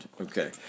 Okay